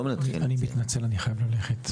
אני מתנצל, אני חייב ללכת.